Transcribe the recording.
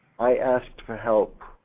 i asked for help